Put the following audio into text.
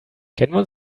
kennen